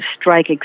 strike